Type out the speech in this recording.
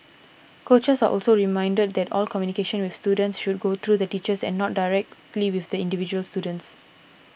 coaches are also reminded that all communication with students should go through the teachers and not directly with the individual students